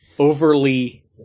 overly